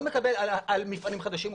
לא מדבר על מפעלים חדשים,